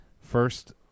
First